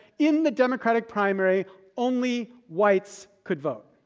in the democratic primary only whites could vote.